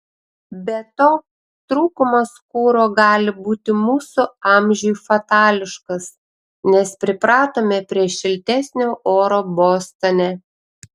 be to trūkumas kuro gali būti mūsų amžiui fatališkas nes pripratome prie šiltesnio oro bostone